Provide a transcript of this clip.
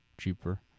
cheaper